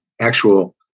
actual